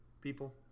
people